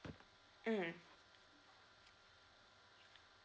mm